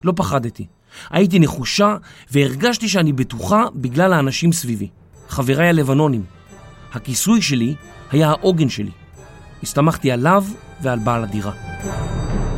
לא פחדתי, הייתי נחושה והרגשתי שאני בטוחה בגלל האנשים סביבי, חברי הלבנונים. הכיסוי שלי היה האוגן שלי. הסתמכתי עליו ועל בעל הדירה.